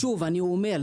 שוב אני אומר,